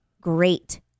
great